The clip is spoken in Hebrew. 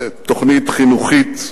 תוכנית חינוכית,